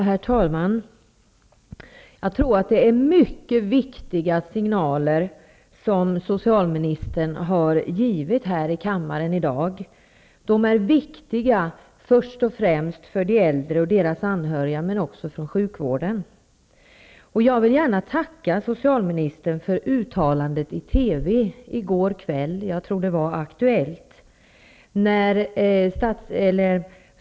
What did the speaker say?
Herr talman! Det är mycket viktiga signaler som socialministern har givit här i kammaren i dag. De är viktiga först och främst för de äldre och deras anhöriga men också för sjukvården. Jag vill gärna tacka socialministern för uttalandet i TV i går kväll -- jag tror att det var i Aktuellt.